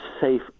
safe